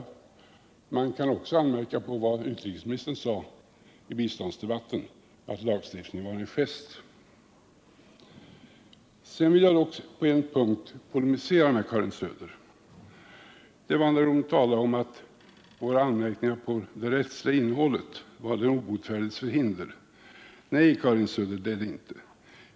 Men man kan också anmärka på vad utrikesministern sade i biståndsdebatten, nämligen att lagstiftningen var en gest. På en punkt vill jag polemisera mot Karin Söder. Det gäller vad hon sade om våra anmärkningar beträffande det rättsliga innehållet, nämligen att de var den obotfärdiges förhinder. Nej, Karin Söder, så är det inte!